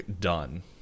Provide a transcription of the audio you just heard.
done